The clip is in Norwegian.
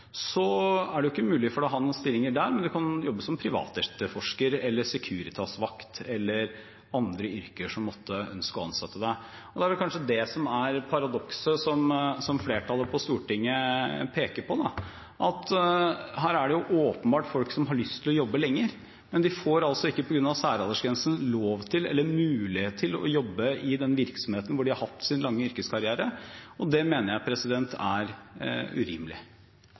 så er det ikke mulig å ha en stilling der, men man kan jobbe som privatetterforsker, Securitas-vakt eller i et annet yrke der man er ønsket som ansatt. Da er det kanskje det som er paradokset, som flertallet på Stortinget peker på, at her er det åpenbart folk som har lyst til å jobbe lenger, men de får på grunn av særaldersgrensen altså ikke lov til eller mulighet til å jobbe i den virksomheten hvor de har hatt sin lange yrkeskarriere. Det mener jeg er urimelig.